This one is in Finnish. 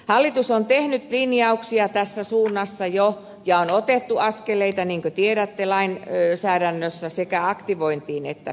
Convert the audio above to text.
hallitus on tehnyt linjauksia tässä suunnassa jo ja on otettu askeleita niin kuin tiedätte lainsäädännössä sekä aktivointiin että pidempiin työuriin